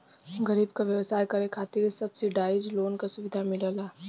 गरीब क व्यवसाय करे खातिर सब्सिडाइज लोन क सुविधा मिलला